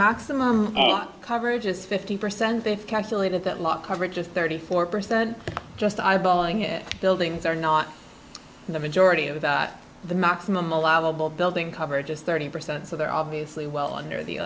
maximum coverage is fifty percent they've calculated that law covered just thirty four percent just eyeballing it buildings are not in the majority of that the maximum allowable building coverage is thirty percent so they're obviously well under the